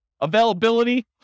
Availability